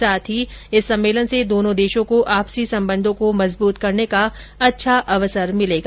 साथ ही इस सम्भेलन से दोनों देशों को आपसी संबंधों को मजबूत करने का अच्छा अवसर मिलेगा